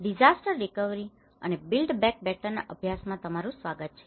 disaster recovery અને build back better ના અભ્યાસમાં તમારું સ્વાગત છે